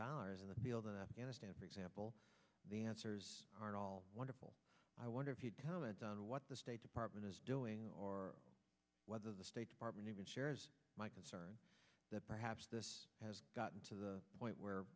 dollars in the field in afghanistan for example the answers are all wonderful i wonder if you'd comment on what the state department is doing or whether the state department even shares my concern that perhaps this has gotten to the point where